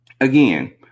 again